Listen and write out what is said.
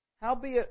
Howbeit